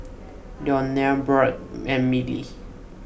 Leonore Budd and Mylee